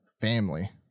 family